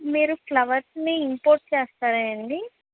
మీరు ఫ్లవర్స్ ని ఇంపోర్ట్ చేస్తారా అండి